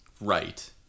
Right